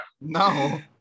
No